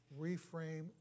reframe